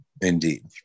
indeed